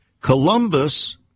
Columbus